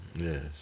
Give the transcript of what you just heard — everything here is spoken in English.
yes